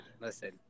listen